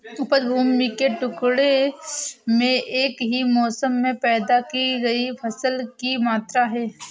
उपज भूमि के टुकड़े में एक ही मौसम में पैदा की गई फसल की मात्रा है